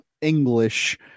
English